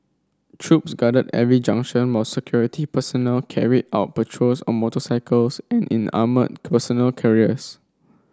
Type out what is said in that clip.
troops guarded every junction while security personnel carried out patrols on motorcycles and in armoured personnel carriers